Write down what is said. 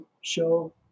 show